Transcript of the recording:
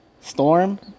Storm